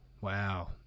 wow